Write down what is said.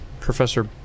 Professor